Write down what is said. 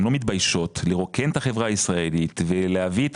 הן לא מתביישות לרוקן את החברה הישראלית ולהביא את